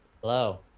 Hello